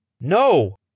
No